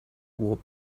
warp